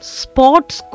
sports